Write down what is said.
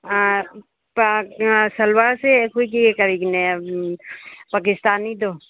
ꯁꯜꯋꯥꯔꯁꯦ ꯑꯩꯈꯣꯏꯒꯤ ꯀꯔꯤꯒꯤꯅꯦ ꯄꯥꯀꯤꯁꯇꯥꯅꯤꯗꯣ